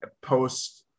post